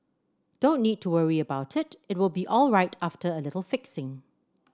don't need to worry about it it will be alright after a little fixing